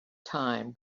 time